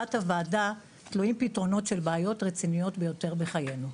שבהצלחת הוועדה תלויים פתרונות של בעיות רציניות ביותר בחיינו.